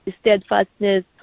steadfastness